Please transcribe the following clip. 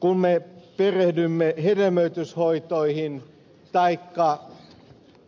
kun me perehdymme hedelmöityshoitoihin taikka